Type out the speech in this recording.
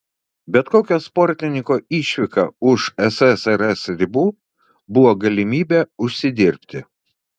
bet kokia sportininko išvyka už ssrs ribų buvo galimybė užsidirbti